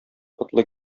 потлы